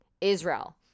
Israel